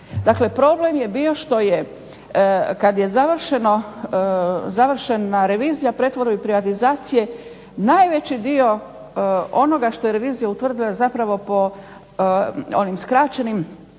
problem je bio što je kada je završena revizija pretvorbe i privatizacije najveći dio onoga što je revizija utvrdila po onim skraćenim